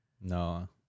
No